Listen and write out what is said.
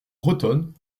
bretonne